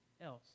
else